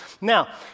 Now